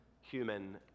human